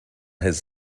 his